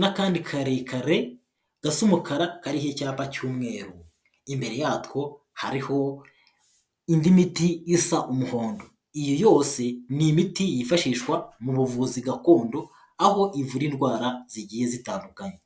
n'akandi karekare gasa umukara kariho icyapa cy'umweru. Imbere yatwo hariho indi miti isa umuhondo; iyo yose ni imiti yifashishwa mu buvuzi gakondo aho ivura indwara zigiye zitandukanye.